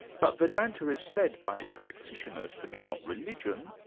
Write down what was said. but vedanta is said by its practitioners to be not religion,